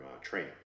training